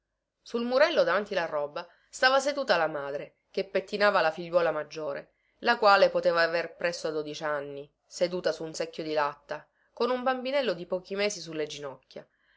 sul murello davanti la roba stava seduta la madre che pettinava la figliuola maggiore la quale poteva aver presso a dodici anni seduta su un secchio di latta con un bambinello di pochi mesi su le ginocchia